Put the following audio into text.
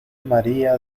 maría